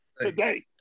today